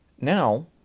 Now